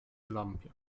lampie